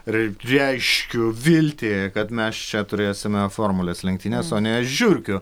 reiškiu viltį kad mes čia turėsime formulės lenktynes o ne žiurkių